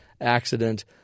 accident